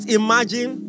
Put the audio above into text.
imagine